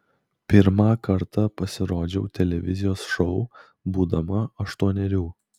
pirmą kartą pasirodžiau televizijos šou būdama aštuonerių